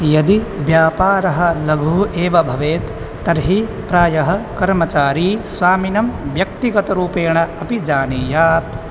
यदि व्यापारः लघुः एव भवेत् तर्हि प्रायः कर्मचारी स्वामिनः व्यक्तिगतरूपेण अपि जानीयात्